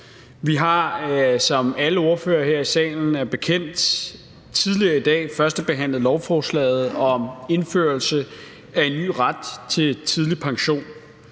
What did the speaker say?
Vi har, som alle ordførerne her i salen er bekendt med, tidligere i dag førstebehandlet lovforslaget om indførelse af en ny ret til tidlig pension.